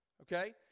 okay